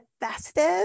Festive